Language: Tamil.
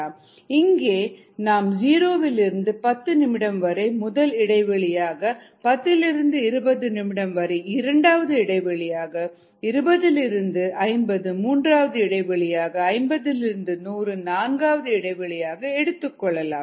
இங்கே நாம் ஜீரோ விலிருந்து பத்து நிமிடம் வரை முதல் இடைவெளியாக பத்திலிருந்து இருபது நிமிடம் வரை இரண்டாவது இடைவெளியாக இருபதிலிருந்து 50 மூன்றாவது இடைவெளியாக ஐம்பதிலிருந்து நூறு நான்காவது இடைவெளியாக எடுத்துக்கொள்ளலாம்